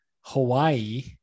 hawaii